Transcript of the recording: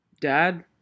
Dad